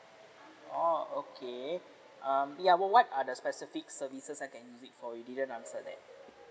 oh okay um ya what what are the specific services I can use it for you didn't answer that